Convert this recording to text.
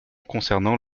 concernant